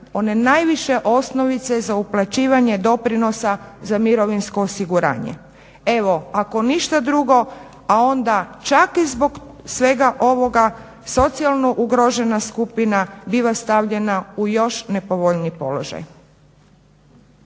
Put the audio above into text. one najviše osnovice za uplaćivanje doprinosa za mirovinsko osiguranje. Evo, ako ništa drugo, a onda čak i zbog svega ovoga socijalno ugrožena skupina biva stavljana u još nepovoljniji položaj.